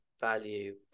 value